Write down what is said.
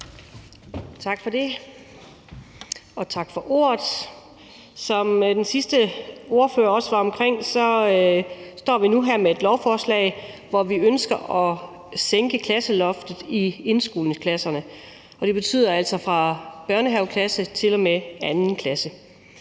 Matthiesen (V): Tak for ordet. Som den sidste ordfører også var inde på, står vi nu her med et lovforslag, hvor vi ønsker at sænke klasseloftet i indskolingsklasserne, og det betyder altså fra børnehaveklassen til og med 2. klasse.